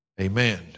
Amen